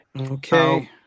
Okay